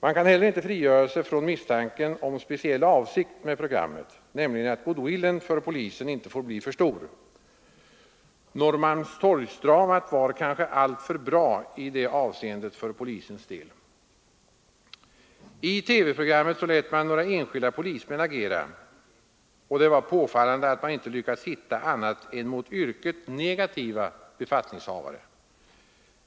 Man kan inte heller frigöra sig från misstanken om speciell avsikt med programmet, nämligen att polisens goodwill inte får bli för stor. Norrmalmstorgsdramat var kanske alltför bra i det avseendet för polisens del. I TV-programmet lät man några enskilda polismän agera, och det var påfallande att man inte lyckats hitta annat än mot yrket negativa befattningshavare.